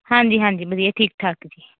ਹਾਂਜੀ ਹਾਂਜੀ ਵਧੀਆ ਠੀਕ ਠਾਕ ਜੀ